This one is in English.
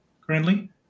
currently